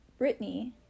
Britney